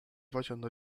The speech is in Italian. facendo